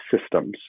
systems